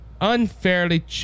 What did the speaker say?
unfairly